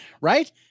right